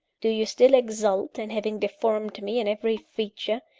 do you still exult in having deformed me in every feature,